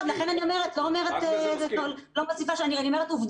אני אומרת עובדות.